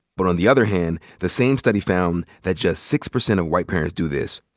but on the other hand, the same study found that just six percent of white parents do this.